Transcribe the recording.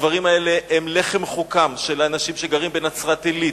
הדברים האלה הם לחם חוקם של אנשים שגרים בנצרת-עילית,